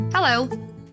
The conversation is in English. Hello